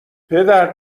پدر